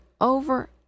over